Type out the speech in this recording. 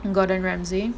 gordon ramsey